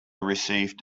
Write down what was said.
received